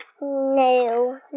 No